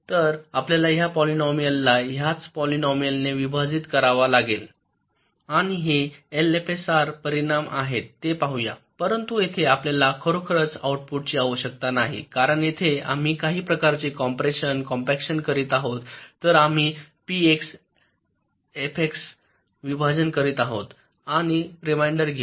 तर आपल्याला ह्या पॉलिनोमियाल ला ह्याच पॉलिनोमियाल ने विभाजित करावा लागेल आणि हे एलएफएसआरचे परिणाम आहेत ते पाहूया परंतु येथे आपल्याला खरोखर आऊटपुटची आवश्यकता नाही कारण येथे आम्ही काही प्रकारचे कम्प्रेशन कॉम्पॅक्शन करीत आहोत तर आम्ही पीएक्सने एफएक्सचे विभाजन करीत आहोत आणि रिमाइंडर घेऊ